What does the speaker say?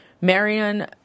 Marion